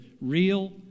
Real